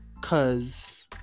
cause